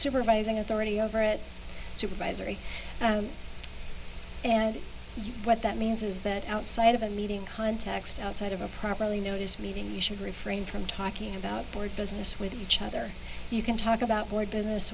supervising authority over at supervisory and what that means is that outside of a meeting context outside of a properly notice meeting you should refrain from talking about board business with each other you can talk about board business